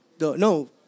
no